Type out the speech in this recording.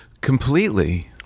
Completely